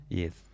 Yes